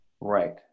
Right